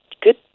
good